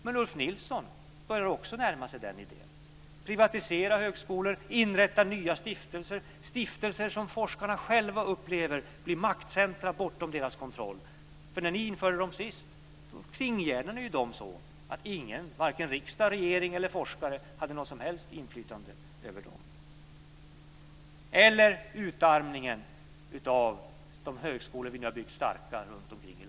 Men Ulf Nilsson börjar också att närma sig idén om att privatisera högskolor, inrätta nya stiftelser - stiftelser som forskarna själva upplever blir maktcentra bortom deras kontroll. När ni införde dem senast kringgärdade ni dem ju så att ingen - vare sig riksdag, regering eller forskare - hade något som helst inflytande över dem. Ytterligare ett exempel är utarmningen av de högskolor som vi nu har byggt starka runtom i landet.